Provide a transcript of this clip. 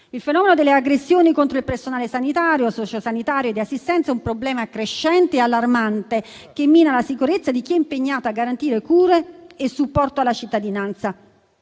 Il fenomeno delle aggressioni contro il personale sanitario, sociosanitario e di assistenza è un problema crescente e allarmante, che mina la sicurezza di chi è impegnato a garantire cure e supporto alla cittadinanza.